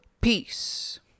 peace